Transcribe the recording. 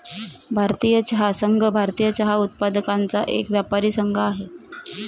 भारतीय चहा संघ, भारतीय चहा उत्पादकांचा एक व्यापारी संघ आहे